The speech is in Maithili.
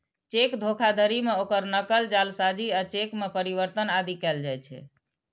चेक धोखाधड़ी मे ओकर नकल, जालसाजी आ चेक मे परिवर्तन आदि कैल जाइ छै